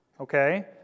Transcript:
okay